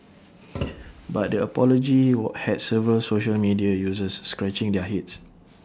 but the apology had several social media users scratching their heads